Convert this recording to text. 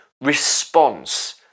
response